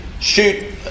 shoot